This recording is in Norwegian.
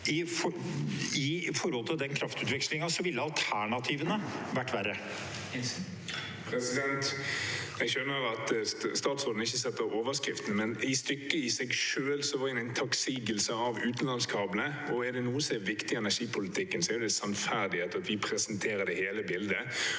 i forhold til den kraftutvekslingen ville alternativene vært verre. Marius Arion Nilsen (FrP) Jeg skjønner at statsråden ikke setter overskriftene, men i stykket i seg selv var det en takksigelse for utenlandskablene. Er det noe som er viktig i energipolitikken, er det sannferdighet og at vi presenterer hele bildet.